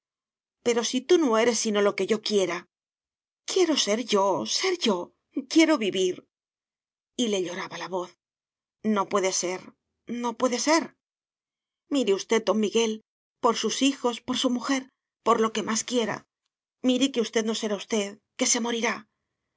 pero si tú no eres sino lo que yo quiera quiero ser yo ser yo quiero vivir y le lloraba la voz no puede ser no puede ser mire usted don miguel por sus hijos por su mujer por lo que más quiera mire que usted no será usted que se morirá